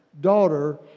daughter